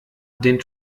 den